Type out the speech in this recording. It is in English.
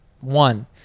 one